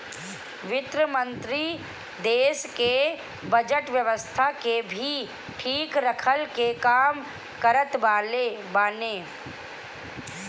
वित्त मंत्री देस के बजट व्यवस्था के भी ठीक रखला के काम करत बाने